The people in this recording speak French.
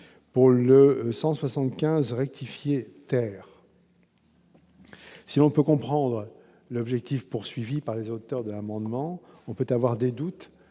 pour le 175 rectifier terre. Si on peut comprendre l'objectif poursuivi par les auteurs de l'amendement, on peut avoir des doutes